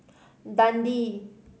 Dundee